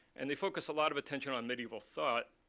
and they focus a lot of attention on medieval thought,